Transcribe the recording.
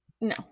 no